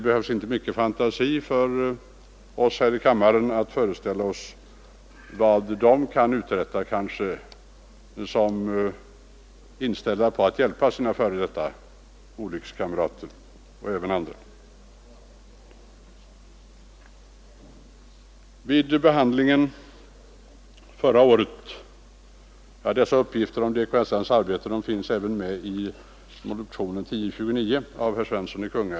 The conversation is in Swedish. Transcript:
Vi behöver inte mycket fantasi för att föreställa oss vad dessa kan uträtta när de är inställda på att hjälpa sina f. d. olyckskamrater och andra i liknande situation.